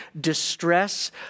distress